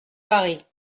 paris